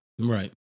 right